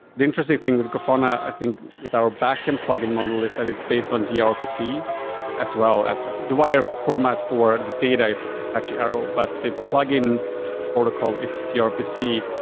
the interesting thing with grafana, i think, with our backend plugin model is that it's based on ah grpc as well as the wire format for the data is apache arrow, but the plugin protocol is grpc.